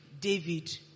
David